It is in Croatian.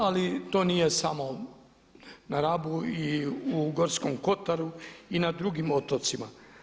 Ali to nije samo na Rabu i u Gorskom kotaru i na drugim otocima.